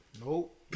Nope